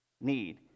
need